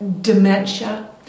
dementia